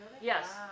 Yes